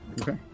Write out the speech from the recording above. Okay